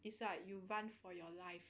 it's like you run for your life